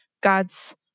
God's